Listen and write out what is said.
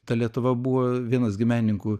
ta lietuva buvo vienas gi menininkų